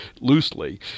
loosely